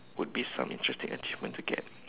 would be some interesting achievements to get